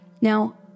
Now